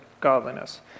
godliness